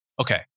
Okay